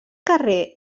carrer